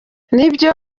nibyo